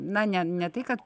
na ne ne tai kad